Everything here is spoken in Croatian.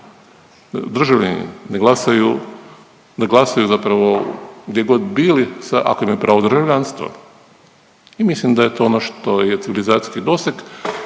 glasaju, da glasuju zapravo gdje god bili ako imaju pravo državljanstvo? I mislim da je to ono što je civilizacijski doseg.